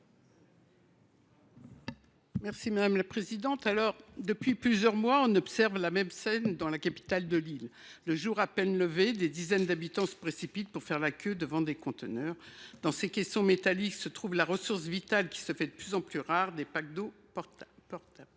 Mme Raymonde Poncet Monge. Depuis plusieurs mois, on observe la même scène à Mamoudzou, la capitale de l’île : le jour à peine levé, des dizaines d’habitants se précipitent pour faire la queue devant des conteneurs. Dans ces caissons métalliques se trouve une ressource vitale qui se fait de plus en plus rare : des packs d’eau potable.